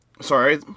Sorry